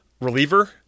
reliever